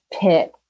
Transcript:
pick